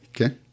Okay